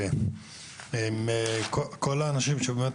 כל האנשים שעוסקים